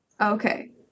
Okay